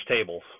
tables